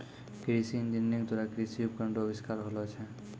कृषि इंजीनियरिंग द्वारा कृषि उपकरण रो अविष्कार होलो छै